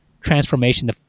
transformation